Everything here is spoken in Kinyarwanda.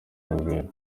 urugwiro